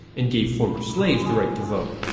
and gave former slaves the right to vote.